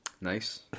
Nice